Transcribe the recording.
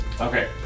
Okay